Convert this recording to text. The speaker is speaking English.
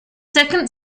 second